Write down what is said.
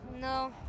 No